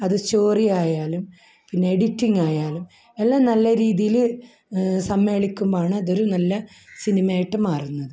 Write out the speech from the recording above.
അത് സ്റ്റോറി ആയാലും പിന്നെ എഡിറ്റിങ് ആയാലും എല്ലാം നല്ല രീതിയിൽ സമ്മേളിക്കുന്നതാണ് അതൊരു നല്ല സിനിമയായിട്ട് മാറുന്നത് അതുകൊണ്ട്